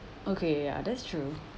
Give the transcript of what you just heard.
okay ya that's true